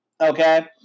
Okay